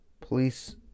Police